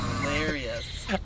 hilarious